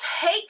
take